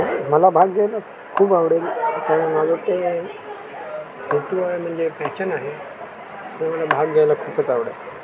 मला भाग घ्यायला खूप आवडेल कारण माझं ते फोटो आहे म्हणजे पॅशन आहे ते मला भाग घ्यायला खूपच आवडेल